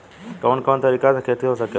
कवन कवन तरीका से खेती हो सकेला